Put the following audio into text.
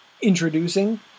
Introducing